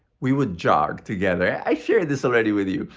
we would jog together. i shared this already with you.